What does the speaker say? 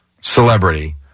celebrity